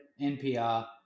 NPR